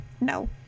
No